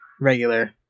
regular